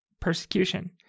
persecution